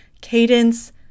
Cadence